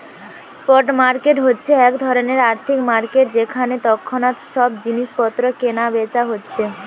spot market হচ্ছে এক ধরণের আর্থিক মার্কেট যেখানে তৎক্ষণাৎ সব জিনিস পত্র কিনা বেচা হচ্ছে